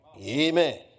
Amen